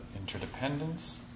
interdependence